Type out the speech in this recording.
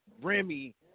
Remy